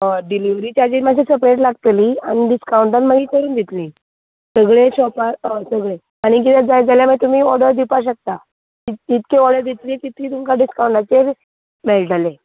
हय delivery charges मात्शी सुबेज लागतली आमी डिस्कांवटांन मागीर करून दितली सगळें शोपार अ सगळें आनीक कितें जाय जाल्यार तुमी ओर्डर दिवपा शकता जितकी ओर्डर दितली तितकी तुमकां डिस्कांवटाचेर मेळटले